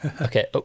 Okay